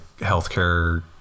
healthcare